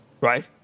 Right